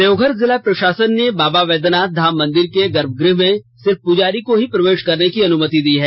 देवघर जिला प्रशासन ने बाबा वैद्यनाथ धाम मंदिर के गर्भगृह में सिर्फ पुजारी को ही प्रवेश करने की अनुमति दी है